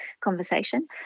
conversation